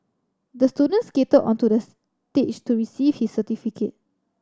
the student skated onto the stage to receive his certificate